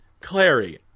Clary